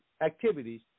activities